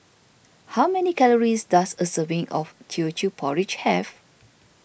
how many calories does a serving of Teochew Porridge have